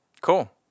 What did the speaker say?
Cool